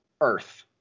earth